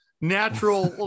natural